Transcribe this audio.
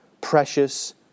precious